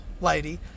lady